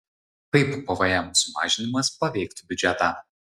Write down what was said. kaip pvm sumažinimas paveiktų biudžetą